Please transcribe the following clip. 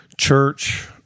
church